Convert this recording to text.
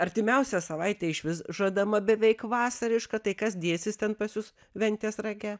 artimiausia savaitė išvis žadama beveik vasariška tai kas dėsis ten pas jus ventės rage